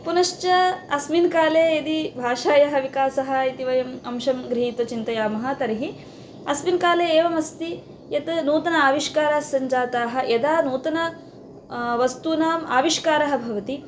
पुनश्च अस्मिन् काले यदि भाषायाः विकासः इति वयम् अंशं गृहीत्वा चिन्तयामः तर्हि अस्मिन् काले एवमस्ति यत् नूतन आविष्काराः सञ्जाताः यदा नूतन वस्तूनाम् आविष्कारः भवति